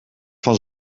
van